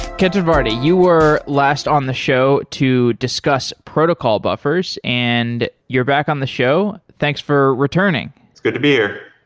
kenton varda, you were last on the show to discuss protocol buffers and you're back on the show. thanks for returning. it's good to be here.